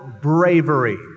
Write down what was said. bravery